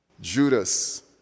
Judas